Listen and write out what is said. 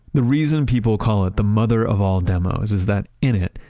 the reason people call it the mother of all demos, is that in it,